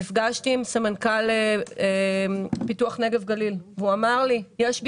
נפגשתי עם סמנכ"ל פיתוח נגב וגליל והוא אמר לי שיש ביקוש.